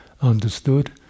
understood